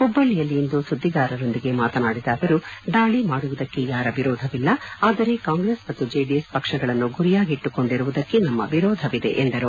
ಹುಬ್ಲಳ್ಳಿಯಲ್ಲಿಂದು ಸುದ್ದಿಗಾರರೊಂದಿಗೆ ಮಾತನಾಡಿದ ಅವರು ದಾಳಿ ಮಾಡುವುದಕ್ಕೆ ಯಾರ ವಿರೋಧವಿಲ್ಲ ಆದರೆ ಕಾಂಗ್ರೆಸ್ ಮತ್ತು ಜೆಡಿಎಸ್ ಪಕ್ಷಗಳನ್ನು ಗುರಿಯಾಗಿಟ್ಟುಕೊಂಡಿರುವುದಕ್ಕೆ ನಮ್ಮ ವಿರೋಧವಿದೆ ಎಂದರು